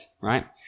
Right